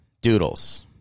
Doodles